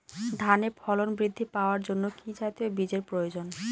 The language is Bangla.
ধানে ফলন বৃদ্ধি পাওয়ার জন্য কি জাতীয় বীজের প্রয়োজন?